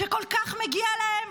שכל כך מגיע להם?